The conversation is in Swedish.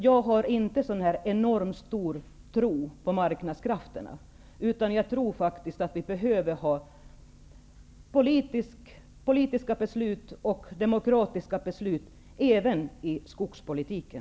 Jag har inte någon enormt stor tro på marknadskrafterna. Jag tror faktiskt att vi behöver politiska och demokratiska beslut även i skogspolitiken.